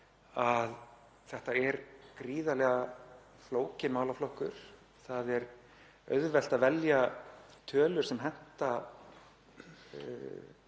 að þetta er gríðarlega flókinn málaflokkur. Það er auðvelt að velja tölur sem henta